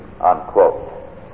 Unquote